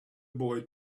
boy